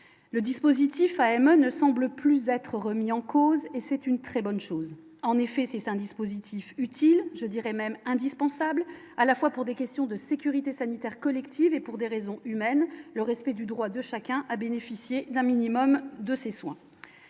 le dispositif AME ne semble plus être remis en cause et c'est une très bonne chose en effet c'est un dispositif utile, je dirais même indispensable à la fois pour des questions de sécurité sanitaire collective et pour des raisons humaines le respect du droit de chacun à bénéficier d'un minimum de ces soins